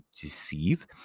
deceive